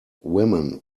women